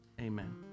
Amen